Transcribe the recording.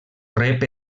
rep